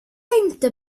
inte